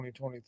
2023